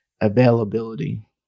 Availability